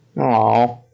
Aw